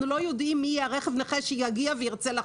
אנחנו לא יודעים מי רכב הנכה שיגיע וירצה לחנות.